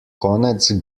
konec